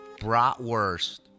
Bratwurst